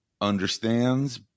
understands